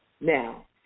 Now